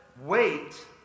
wait